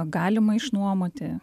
galima išnuomoti